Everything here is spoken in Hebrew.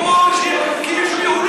הוא מעביר את, ובמקומו מקים יישוב יהודי.